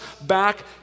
back